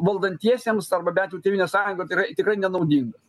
valdantiesiems arba bent jau tėvynės sąjungai tikrai tikrai nenaudingas